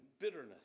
bitterness